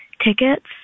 tickets